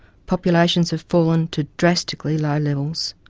populations have fallen to drastically low levels.